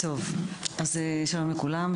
שלום לכולם,